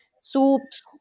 soups